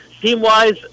Team-wise